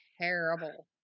terrible